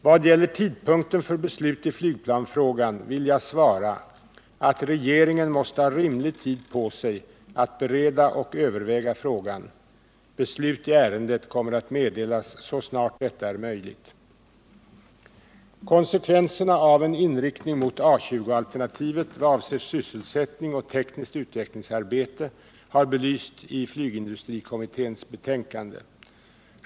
Vad gäller tidpunkten för beslut i flygplansfrågan vill jag svara att regeringen måste ha rimlig tid på sig att bereda och överväga frågan. Beslut i ärendet kommer att meddelas så snart detta är möjligt. Konsekvenserna av en inriktning mot A 20-alternativet vad avser sysselsättning och tekniskt utvecklingsarbete har belysts i flygindustrikommitténs betänkande.